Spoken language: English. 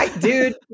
Dude